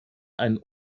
einen